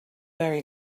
very